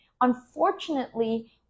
Unfortunately